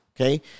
okay